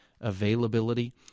availability